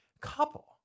couple